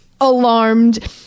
alarmed